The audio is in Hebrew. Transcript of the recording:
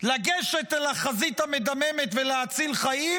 לגשת לחזית המדממת ולהציל חיים,